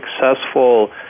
successful